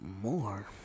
more